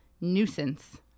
nuisance